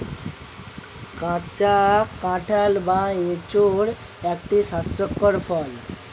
কাঁচা কাঁঠাল বা এঁচোড় একটি স্বাস্থ্যকর ফল